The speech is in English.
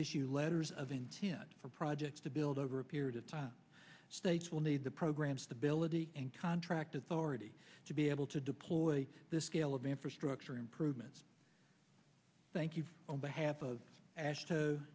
issue letters of intent for projects to build over a period of time states will need the program stability and contract with already to be able to deploy this scale of infrastructure improvements thank you on behalf of ash to